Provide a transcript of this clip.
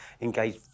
engage